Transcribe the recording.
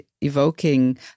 evoking